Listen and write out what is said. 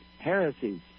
heresies